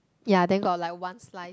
ya then got like one slice